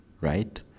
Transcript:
Right